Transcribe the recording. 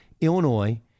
Illinois